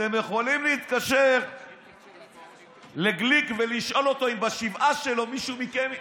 אתם יכולים להתקשר לגליק ולשאול אותו אם בשבעה שלו מישהו מכם הסכים,